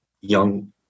young